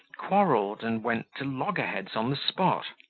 quarrelled, and went to loggerheads on the spot.